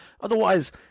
Otherwise